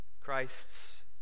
Christ's